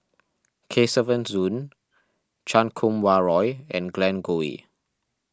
Kesavan Soon Chan Kum Wah Roy and Glen Goei